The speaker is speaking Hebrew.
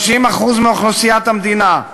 30% מאוכלוסיית המדינה.